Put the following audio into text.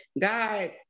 God